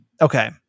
Okay